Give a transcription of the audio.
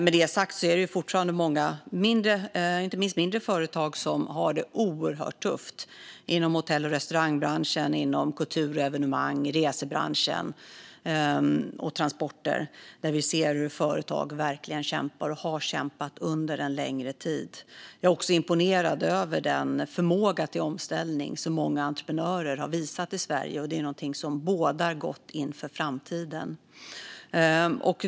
Med det sagt är det fortfarande många, inte minst mindre, företag som har det oerhört tufft. Det gäller inom hotell och restaurangbranschen, inom kulturevenemang och inom resebranschen, liksom transporter. Vi ser hur företag verkligen kämpar och har kämpat under en längre tid. Jag är också imponerad av den förmåga till omställning som många entreprenörer har visat i Sverige, och det är något som bådar gott inför framtiden.